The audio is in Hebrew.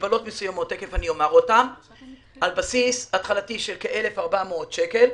מגבלות מסוימות בבסיס התחלתי של כ-1,400 שקל.